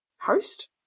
host